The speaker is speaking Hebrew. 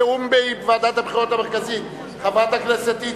תיאום עם ועדת הבחירות המרכזית, חברת הכנסת איציק.